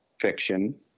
fiction